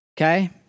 Okay